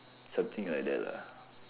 something like that lah